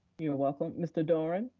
you're welcome. mr. doran.